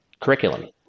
curriculum